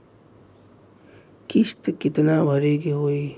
किस्त कितना भरे के होइ?